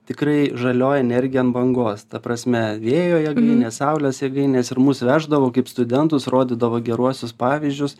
tikrai žalioji energija ant bangos ta prasme vėjo jėgainės saulės jėgainės ir mus veždavo kaip studentus rodydavo geruosius pavyzdžius